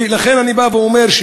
לכן אני בא ואומר,